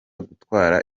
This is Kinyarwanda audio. gutwara